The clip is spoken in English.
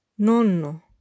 Non-no